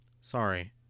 Sorry